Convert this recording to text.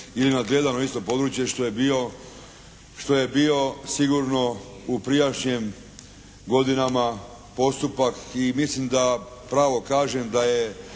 ili nadgledano isto područje što je bio sigurno u prijašnjim godinama postupak i mislim da pravo kažem da je